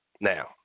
Now